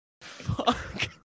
Fuck